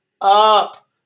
up